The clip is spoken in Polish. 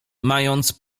mając